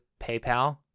PayPal